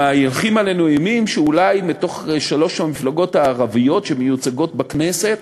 הם מהלכים עלינו אימים שאולי שלוש המפלגות הערביות שמיוצגות בכנסת